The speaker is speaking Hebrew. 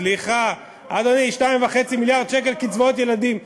איזה קצבאות ילדים?